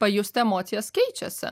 pajusti emocijas keičiasi